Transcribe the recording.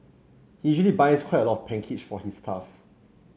he usually buys quite a lot of pancakes for his staff